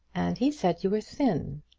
and he said you were thin.